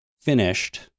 finished